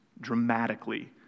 dramatically